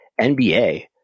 NBA